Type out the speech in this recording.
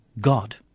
God